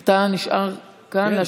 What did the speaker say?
אתה נשאר כאן להשיב?